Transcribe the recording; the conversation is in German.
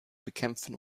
bekämpfen